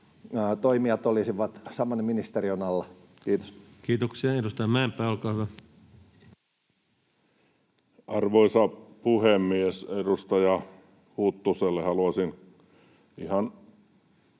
toimijat olisivat saman ministeriön alla. — Kiitos. Kiitoksia. — Edustaja Mäenpää, olkaa hyvä. Arvoisa puhemies! Edustaja Huttuselle haluaisin ihan